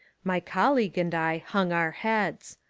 my col league and i hung our heads.